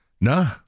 No